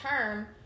term